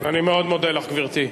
אני מאוד מודה לך, גברתי.